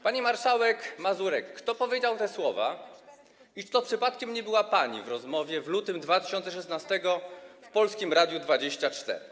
Pani marszałek Mazurek, kto powiedział te słowa i czy to przypadkiem nie była pani w rozmowie w lutym 2016 r. w Polskim Radiu 24?